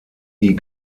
die